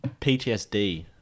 PTSD